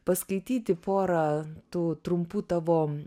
paskaityti pora tų trumpų tavo